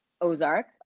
Ozark